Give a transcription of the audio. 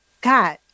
God